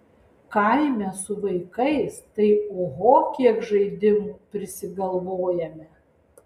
kaime su vaikais tai oho kiek žaidimų prisigalvojame